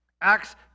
Acts